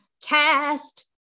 cast